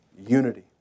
unity